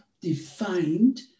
defined